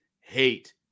hate